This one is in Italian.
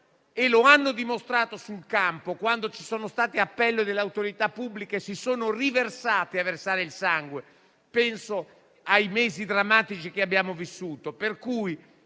e lo hanno dimostrato sul campo: quando ci sono stati appelli delle autorità pubbliche, si sono riversati a donare il sangue e penso ai mesi drammatici che abbiamo vissuto.